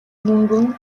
мөнгөн